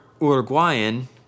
Uruguayan